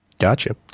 Gotcha